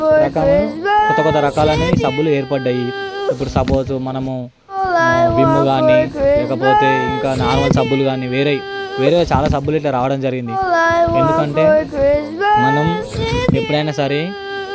ప్రకామా కొత్త కొత్త రకాలైన సబ్బులు ఏర్పడ్డాయి ఇప్పుడు సపోజ్ మనము విమ్కాని లేకపోతే ఇంకా నార్మల్ సబ్బులు కాని వేరే వేరే చాలా సబ్బులు ఇలా రావడం జరిగింది ఎందుకంటే మనం ఎప్పుడైనా సరే